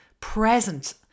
present